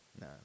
no